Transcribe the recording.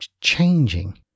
changing